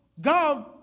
God